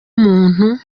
muntu